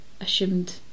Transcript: assumed